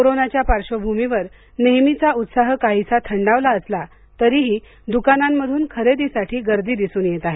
कोरोनाच्या पार्श्वभूमीवर नेहमीचा उत्साह काहीसा थंडावला असला तरीही दुकानांमधून खरेदीसाठी गर्दी दिसून येत आहे